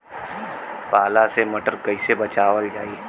पाला से मटर कईसे बचावल जाई?